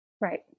Right